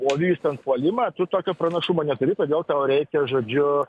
o vystant puolimą tokio pranašumo neturi todėl tau reikia žodžiu